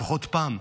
לפחות פעם.